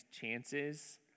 chances